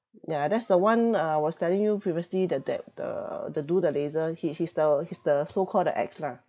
yeah that's the one uh I was telling you previously that that the the do the laser he he's the he's the so call the ex lah